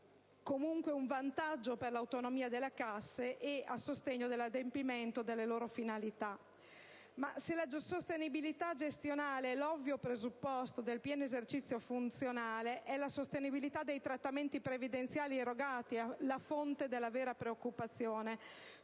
comunque un vantaggio, un passo verso l'autonomia delle casse e a sostegno dell'adempimento delle loro finalità costituzionali. Ma se la sostenibilità gestionale è l'ovvio presupposto del pieno esercizio funzionale, è la sostenibilità dei trattamenti previdenziali erogati la fonte di vera preoccupazione,